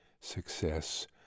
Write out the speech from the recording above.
success